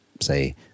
say